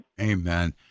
Amen